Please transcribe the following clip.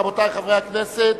רבותי חברי הכנסת,